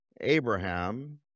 Abraham